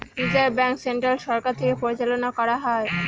reserve bank central সরকার থেকে পরিচালনা করা হয়